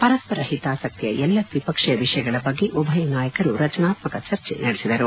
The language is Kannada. ಪರಸ್ಪರ ಹಿತಾಸಕ್ತಿಯ ಎಲ್ಲ ದ್ವಿಪಕ್ಷೀಯ ವಿಷಯಗಳ ಬಗ್ಗೆ ಉಭಯ ನಾಯಕರು ರಚನಾತ್ಮಕ ಚರ್ಚೆ ನಡೆಸಿದರು